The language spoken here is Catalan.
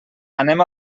anem